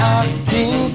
acting